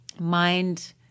mind